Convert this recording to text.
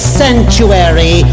sanctuary